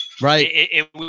right